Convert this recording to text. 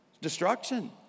Destruction